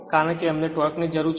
કારણ કે અમને ટોર્કની જરૂર છે